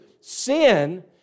sin